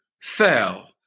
fell